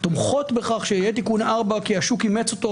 שתומכות בתיקון בכך שיהיה תיקון 4 כי השוק אימץ אותו